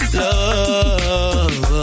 love